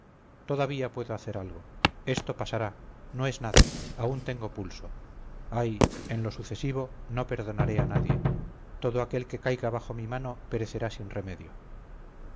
todavía puedo hacer algo esto pasará no es nada aún tengo pulso ay en lo sucesivo no perdonaré a nadie todo aquél que caiga bajo mi mano perecerá sin remedio